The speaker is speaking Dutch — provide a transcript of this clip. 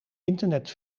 internet